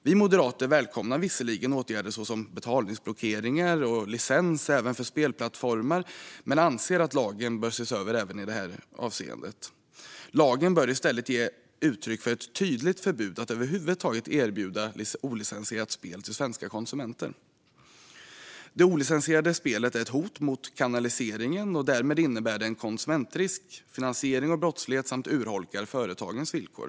Vi moderater välkomnar visserligen åtgärder som betalningsblockeringar och licens även för spelplattformar men anser att lagen bör ses över i detta avseende. Lagen bör i stället ge uttryck för ett tydligt förbud mot att över huvud taget erbjuda olicensierat spel till svenska konsumenter. Det olicensierade spelet är ett hot mot kanaliseringen och innebär därmed en konsumentrisk samt finansierar brottslighet och urholkar företagens villkor.